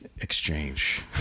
Exchange